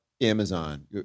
Amazon